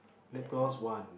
lip gloss one